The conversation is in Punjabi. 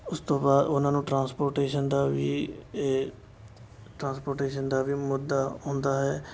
ਉਸ ਤੋਂ ਬਾਅਦ ਉਹਨਾਂ ਨੂੰ ਟ੍ਰਾਂਸਪੋਟੇਸ਼ਨ ਦਾ ਵੀ ਇਹ ਟ੍ਰਾਂਸਪੋਟੇਸ਼ਨ ਦਾ ਵੀ ਮੁੱਦਾ ਆਉਂਦਾ ਹੈ